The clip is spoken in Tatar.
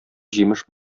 җимеш